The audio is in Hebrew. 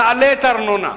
את הארנונה.